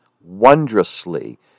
wondrously